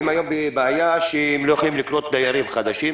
והם היום בבעיה שהם לא יכולים לקלוט דיירים חדשים,